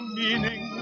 meaning